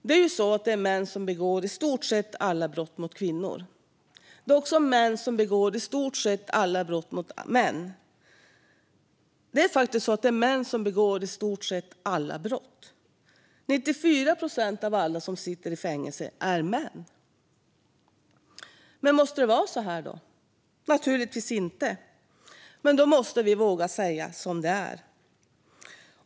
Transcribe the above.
Det är ju män som begår i stort sett alla brott mot kvinnor. Det är också män som begår i stort sett alla brott mot män. Det är faktiskt så att män begår i stort sett alla brott. 94 procent av alla som sitter i fängelse är män. Måste det vara så här? Naturligtvis inte. Men då måste vi våga säga som det är.